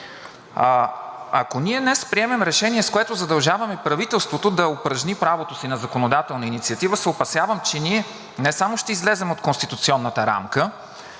Ако днес приемем решение, с което задължаваме правителството да упражни правото си на законодателна инициатива, се опасявам, че ние не само ще излезем от конституционната рамка,